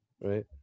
right